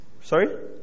Sorry